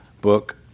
book